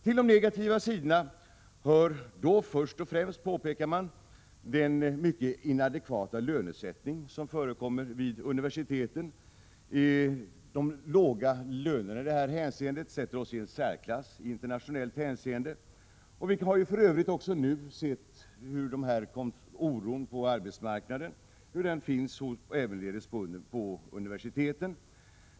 Till de negativa sidorna hör först och främst den mycket inadekvata lönesättning som förekommer vid universiteten. De låga lönerna i detta hänseende sätter oss i en särklass internationellt sett. Det har nu också visat sig hur oron på arbetsmarknaden ävenledes finns på universiteten.